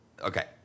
Okay